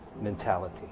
mentality